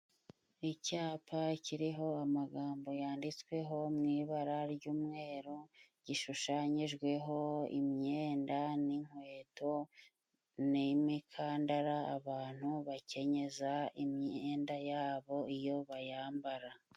Icyapa kiriho amagambo yanditsweho mw'ibara ry'umweru. Gishushanyijweho imyenda n'inkweto, n'imikandara abantu bakenyeza imyenda yabo iyo bayambara.